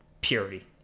purity